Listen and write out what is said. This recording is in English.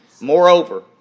Moreover